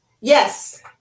Yes